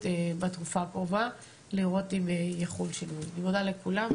בתקופה הקרובה לראות אם יחול שינוי.